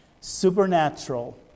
supernatural